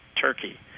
Turkey